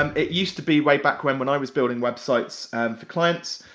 um it used to be way back when when i was building websites and for clients,